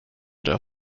der